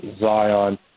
Zion